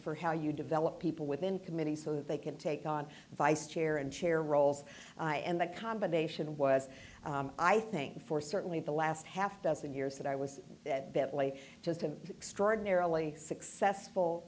for how you develop people within committee so that they can take on the vice chair and chair roles and the combination was i think for certainly the last half dozen years that i was that bentley just an extraordinarily successful